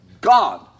God